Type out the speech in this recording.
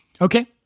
Okay